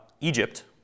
Egypt